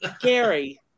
Gary